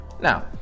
Now